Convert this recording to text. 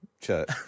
church